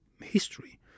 history